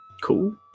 Cool